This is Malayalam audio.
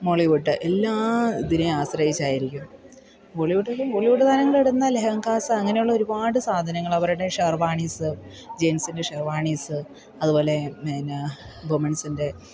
മോളിവുഡ് എല്ലാം ഇതിനെ ആശ്രയിച്ചായിരിക്കും ബോളിവുഡ്ലും ബോളിവുഡ് താരങ്ങളിടുന്ന ലഹങ്കാസ അങ്ങനെയുള്ള ഒരുപാട് സാധനങ്ങൾ അവരുടെ ഷർവാണീസ് ജെൻസിൻ്റെ ഷർവാണീസ് അതുപോലെ എന്നാ വുമൺസിൻ്റെ